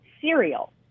cereal